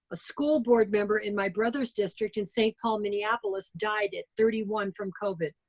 a school board member in my brother's district in saint paul, minneapolis died at thirty one from covid.